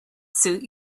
suit